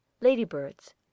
Ladybirds